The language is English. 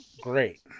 Great